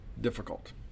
difficult